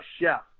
chef